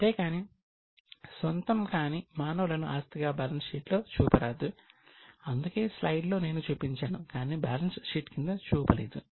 అంతేకానీ సొంతం కాని మానవులను ఆస్తిగా బ్యాలెన్స్ షీట్ లో చూపరాదు అందుకే స్లైడ్లో నేను చూపించాను కాని బ్యాలెన్స్ షీట్ క్రింద చూపలేదు